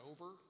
over